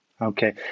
Okay